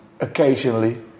occasionally